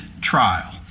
trial